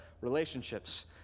relationships